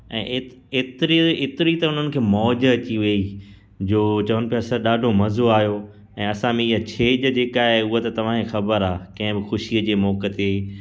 ऐं एत एतिरी त उन्हनि खे मौज अची वई जो चवनि पिया सर ॾाढो मज़ो आयो ऐं असां में हीअ छेॼ जेका आहे उहा त तव्हांखे ख़बरु आहे कंहिं बि ख़ुशीअ जे मौक़े ते